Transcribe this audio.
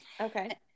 Okay